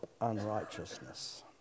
unrighteousness